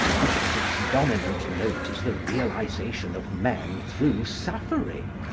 because its dominant note is the realisation of men through suffering.